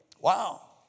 Wow